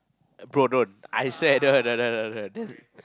bro don't I said I don't want don't want don't want